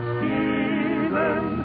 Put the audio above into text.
Stephen